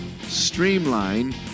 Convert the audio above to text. streamline